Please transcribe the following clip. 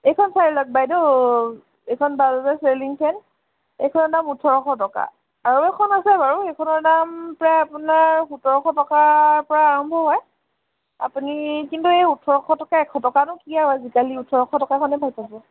এইখন চাই লওক বাইদেউ এইখন বাজাজৰ চেলিং ফেন এইখনৰ দাম ওঠৰশ টকা আৰু এখন আছে বাৰু সেইখনৰ দাম প্ৰায় আপোনাৰ সোতৰশ টকাৰ পৰা আৰম্ভ হয় আপুনি কিন্তু এই ওঠৰশ টকা এশ টকানো কি আৰু আজিকালি ওঠৰশ টকাখনে ভাল পাব